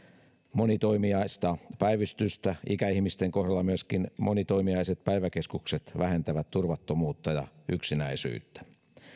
monitoimiaista päivystystä ikäihmisten kohdalla myöskin monitoimiaiset päiväkeskukset vähentävät turvattomuutta ja yksinäisyyttä